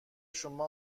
شما